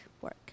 work